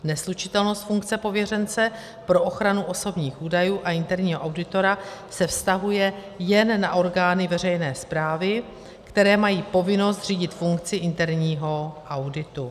Neslučitelnost funkce pověřence pro ochranu osobních údajů a interního auditora se vztahuje jen na orgány veřejné správy, které mají povinnost zřídit funkci interního auditu.